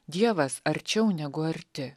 dievas arčiau negu arti